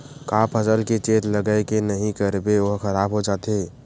का फसल के चेत लगय के नहीं करबे ओहा खराब हो जाथे?